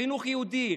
חינוך יהודי.